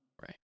right